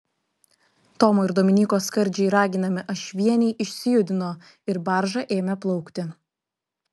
tomo ir dominyko skardžiai raginami ašvieniai išsijudino ir barža ėmė plaukti